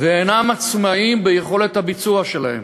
ואינם עצמאים ביכולת הביצוע שלהם.